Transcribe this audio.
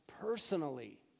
personally